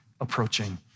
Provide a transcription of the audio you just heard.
approaching